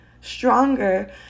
stronger